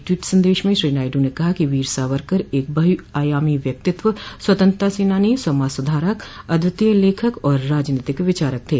tweet संदेश में श्री नायड्र ने कहा कि वीर सावरकर एक बहुआयामी व्यक्तितत्व स्वतंत्रता सेनानी समाज सुधारक अद्वितीय लेखक और राजनीतिक विचारक थे